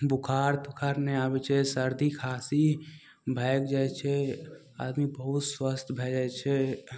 बुखार तुखार नहि आबय छै सर्दी खाँसी भागि जाइ छै आदमी बहुत स्वस्थ भए जाइ छै